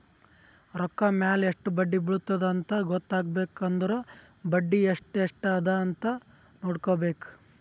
ರೊಕ್ಕಾ ಮ್ಯಾಲ ಎಸ್ಟ್ ಬಡ್ಡಿ ಬಿಳತ್ತುದ ಅಂತ್ ಗೊತ್ತ ಆಗ್ಬೇಕು ಅಂದುರ್ ಬಡ್ಡಿ ಎಸ್ಟ್ ಎಸ್ಟ್ ಅದ ಅಂತ್ ನೊಡ್ಕೋಬೇಕ್